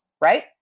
right